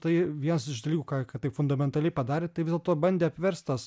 tai viens iš dalykų ką ką taip fundamentaliai padarė tai vis dėlto bandė apverst tas